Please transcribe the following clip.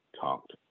talked